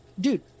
dude